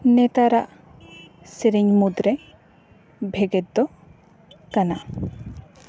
ᱱᱮᱛᱟᱨᱟᱜ ᱥᱮᱨᱮᱧ ᱢᱩᱫᱽ ᱨᱮ ᱵᱷᱮᱜᱮᱫ ᱫᱚ ᱠᱟᱱᱟ